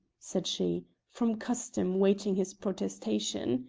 said she, from custom waiting his protestation.